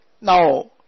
now